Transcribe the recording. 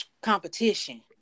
competition